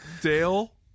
Dale